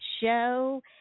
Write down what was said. show